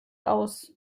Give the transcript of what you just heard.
aus